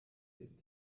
ist